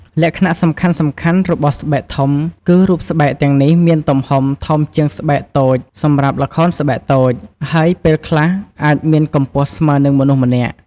លក្ខណៈសំខាន់ៗរបស់ស្បែកធំគឺ រូបស្បែកទាំងនេះមានទំហំធំជាងស្បែកតូច សម្រាប់ ល្ខោនស្បែកតូច ហើយពេលខ្លះអាចមានកម្ពស់ស្មើនឹងមនុស្សម្នាក់។